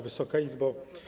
Wysoka Izbo!